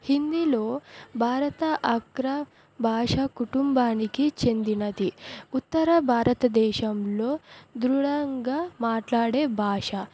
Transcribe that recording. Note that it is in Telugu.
హిందీలో భారత అక్ర భాష కుటుంబానికి చెందినది ఉత్తర భారతదేశంలో దృఢంగా మాట్లాడే భాష